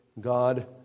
God